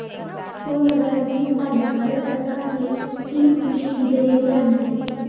दोन हजार वीस साली भारत सरकारने तीन कृषी विधेयके आणली